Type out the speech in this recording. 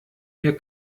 mir